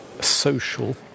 social